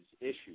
issues